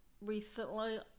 recently